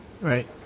Right